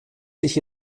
sich